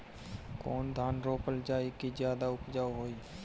कौन धान रोपल जाई कि ज्यादा उपजाव होई?